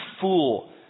fool